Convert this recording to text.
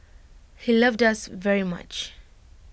he loved us very much